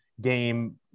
game